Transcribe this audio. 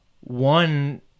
One